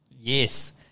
Yes